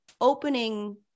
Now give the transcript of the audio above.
opening